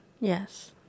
yes